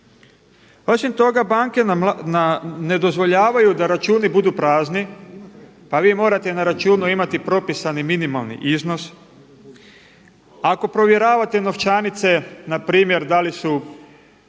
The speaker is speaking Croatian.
Osim toga banke ne dozvoljavaju da računi budu prazni pa vi morate na računu imati propisani minimalni iznos. Ako provjeravate novčanice npr. da li su